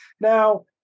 Now